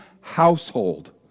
household